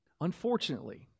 Unfortunately